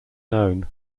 known